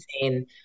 insane